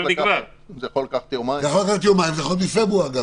זה יכול לקחת יומיים וזה יכול להיות מפברואר.